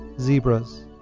zebras